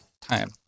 time